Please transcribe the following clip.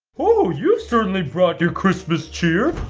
oh! you certainly brought your christmas cheer!